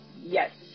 Yes